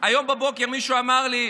היום בבוקר מישהו אמר לי: